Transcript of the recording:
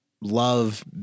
love